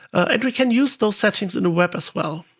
and we can use those settings in the web as well.